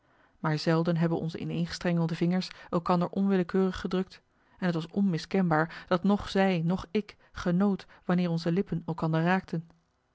maar zelden hebben onze ineengestrengelde vingers elkander onwillekeurig gedrukt en t was onmiskenbaar dat noch zij noch ik genoot wanneer onze lippen elkander raakten